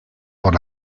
por